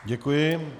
Děkuji.